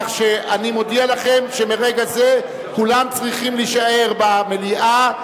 כך שאני מודיע לכם שמרגע זה כולם צריכים להישאר במליאה,